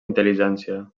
intel·ligència